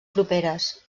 properes